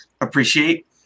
appreciate